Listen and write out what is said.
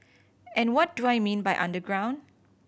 and what do I mean by underground